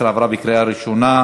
2014,